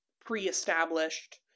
pre-established